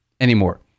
anymore